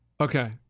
Okay